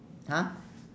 !huh!